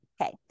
Okay